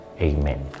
amen